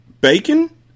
Bacon